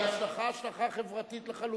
ההשלכה היא השלכה חברתית לחלוטין.